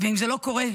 ואם זה לא קורה,